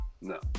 No